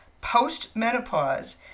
post-menopause